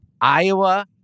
Iowa